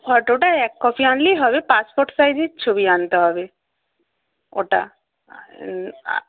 ফটোটা এক কপি আনলেই হবে পাসপোর্ট সাইজের ছবি আনতে হবে ওটা